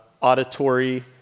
auditory